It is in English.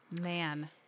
Man